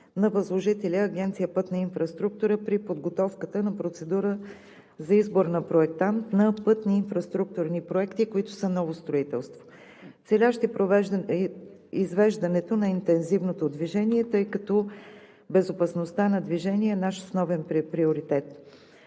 на възложителя Агенция „Пътна инфраструктура“ при подготовката на процедура за избор на проектант на пътни инфраструктурни проекти, които са ново строителство, целящи извеждането на интензивното движение тъй като безопасността на движение е наш основен приоритет.